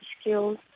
skills